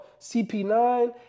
CP9